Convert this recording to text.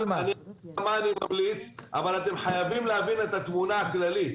אני אגיד לכם על מה אני ממליץ אבל אתם חייבים להבין את התמונה הכללית.